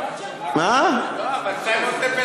לא, אבל "סיימון טמפל"